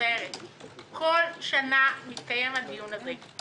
כל שנה מתקיים הדיון הזה.